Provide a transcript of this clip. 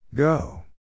Go